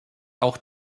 auch